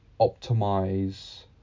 Optimize